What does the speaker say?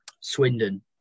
Swindon